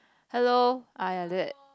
hello ah ya that